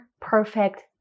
perfect